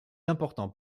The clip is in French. importants